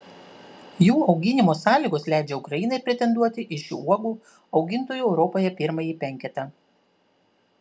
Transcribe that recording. jų auginimo sąlygos leidžia ukrainai pretenduoti į šių uogų augintojų europoje pirmąjį penketą